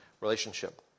relationship